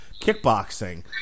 Kickboxing